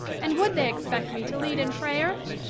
and would they expect me to lead in prayer?